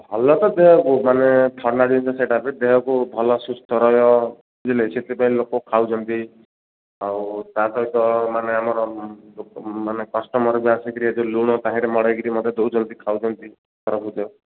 ଭଲ ତ ଦେହକୁ ମାନେ ଥଣ୍ଡା ଜିନିଷ ସେଇଟା ବି ଦେହକୁ ଭଲ ସୁସ୍ଥ ରହିବ ବୁଝିଲେ ସେଥିପାଇଁ ଲୋକ ଖାଉଛନ୍ତି ଆଉ ତାସହିତ ମାନେ ଆମର ଲୋକ ମାନେ କଷ୍ଟମର୍ ବି ଆସିକିରି ଏବେ ଲୁଣ ତାହିଁରେ ମଡ଼େଇକି ମୋତେ ଦଉଛନ୍ତି ଖାଉଛନ୍ତି ତରଭୁଜ